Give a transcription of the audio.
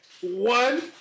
One